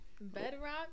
Bedrock